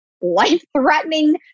life-threatening